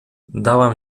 dałam